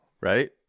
right